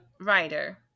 writer